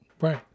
Right